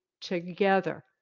together